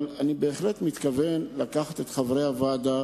אבל אני בהחלט מתכוון לקחת את חברי הוועדה,